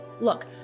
Look